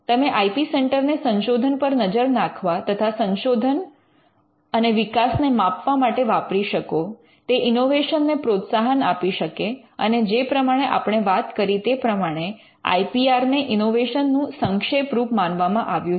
તમે I P centre ને સંશોધન પર નજર રાખવા તથા સંશોધન અને વિકાસ ને માપવા માટે વાપરી શકો તે ઇનોવેશન ને પ્રોત્સાહન આપી શકે અને જે પ્રમાણે આપણે વાત કરી તે પ્રમાણે આઈ પી આર ને ઇનોવેશન નું સંક્ષેપ રૂપ માનવામાં આવ્યું છે